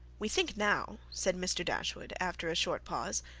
we think now, said mr. dashwood, after a short pause,